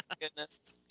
goodness